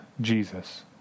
Jesus